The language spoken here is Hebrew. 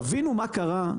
חקלאות חדשה.